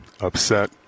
upset